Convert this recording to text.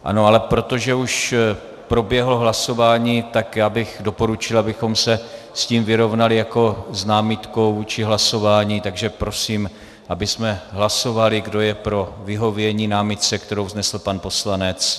Ano, ale protože už proběhlo hlasování, tak bych doporučil, abychom se s tím vyrovnali jako s námitkou vůči hlasování, takže prosím, abychom hlasovali, kdo je pro vyhovění námitce, kterou vznesl pan poslanec.